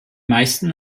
meisten